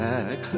Back